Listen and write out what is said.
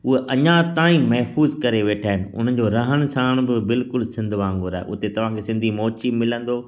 उहा अञा ताईं महफ़ूज़ु करे वेठा आहिनि उन्हनि जो रहण सहण बि बिल्कुलु सिंध वांगुरु आहे उते तव्हां खे सिंधी मोची मिलंदो